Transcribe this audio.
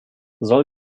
soll